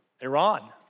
Iran